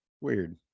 Weird